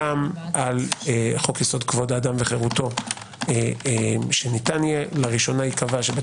גם על חוק יסוד: כבוד האדם וחירותו שלראשונה ייקבע שבית